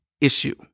issue